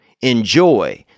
Enjoy